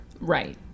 Right